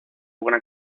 buena